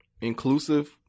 inclusive